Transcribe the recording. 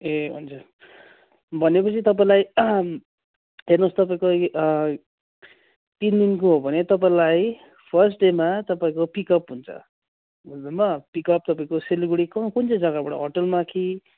ए हुन्छ भनेपछि तपाईँलाई हेर्नुहोस् तपाईँको तिन दिनको हो भने तपाईँलाई फर्स्ट डेमा तपाईँको पिकअप हुन्छ बुझ्नुभयो पिकअप तपाईँको सिलगढी कु कुन चाहिँ जग्गाबाट होटलमा कि